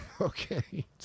Okay